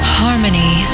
harmony